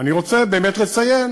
אני רוצה באמת לציין